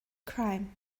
crime